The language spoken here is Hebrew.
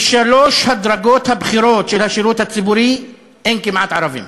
בשלוש הדרגות הבכירות של השירות הציבורי אין כמעט ערבים.